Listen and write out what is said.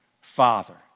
father